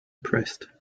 pressed